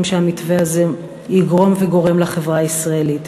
שהמתווה הזה יגרום וגורם לחברה הישראלית.